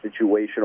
situational